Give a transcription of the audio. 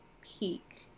peak